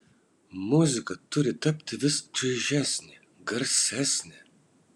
muzika turi tapti vis čaižesnė garsesnė